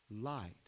light